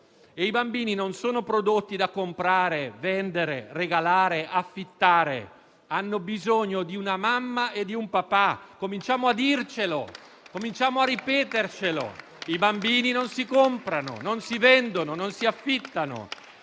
i bambini non sono prodotti da comprare, vendere, regalare o affittare; hanno bisogno di una mamma e di un papà. Cominciamo a dircelo; cominciamo a ripetercelo: i bambini non si comprano; non si vendono e non si affittano.